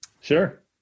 Sure